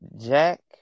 Jack